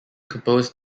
composed